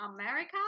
America